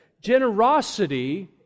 generosity